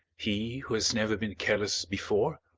he who has never been careless before?